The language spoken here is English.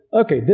Okay